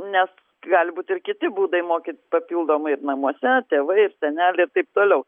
nes gali būt ir kiti būdai mokytis papildomai ir namuose tėvai ir seneliai ir taip toliau